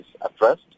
addressed